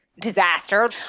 disaster